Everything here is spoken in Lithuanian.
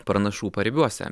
pranašų paribiuose